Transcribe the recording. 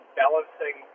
balancing